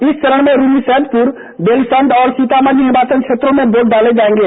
इस चरण में रुन्नी सैदपुर बेलसंड और सीतामढी निर्वाचन क्षेत्रों में वोट डाले जायेंगे